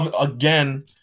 Again